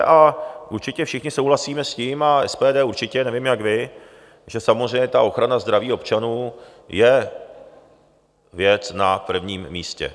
A určitě všichni souhlasíme s tím, a SPD určitě, nevím, jak vy, že samozřejmě ta ochrana zdraví občanů je věc na prvním místě.